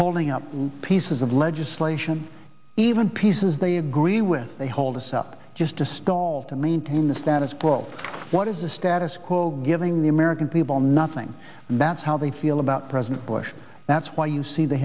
holding up pieces of legislation even pieces they agree with they hold us up just to stall to maintain the status quo what is the status quo giving the american people nothing that's how they feel about president bush that's why you see the